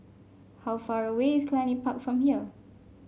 how far away is Cluny Park from here